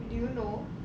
do you know